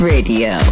Radio